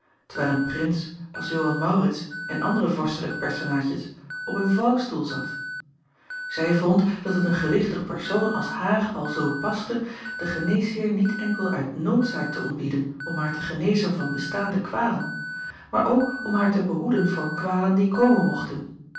terwijl een rins als oan aurits en andere vorstelijke personaadjen op een vouwstoel zat zij vond dat het een gewichtig persoon als haar alzoo paste den geneesheer niet enkel uit noodzaak te ontbieden om haar te genezen van bestaande kwalen maar ook om haar te behoeden voor kwalen die komen mochten